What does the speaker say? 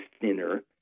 thinner